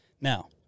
Now